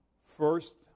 First